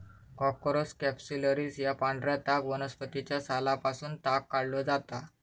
Corchorus capsularis या पांढऱ्या ताग वनस्पतीच्या सालापासून ताग काढलो जाता